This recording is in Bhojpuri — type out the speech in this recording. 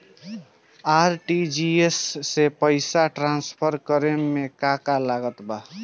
आर.टी.जी.एस से पईसा तराँसफर करे मे का का लागत बा?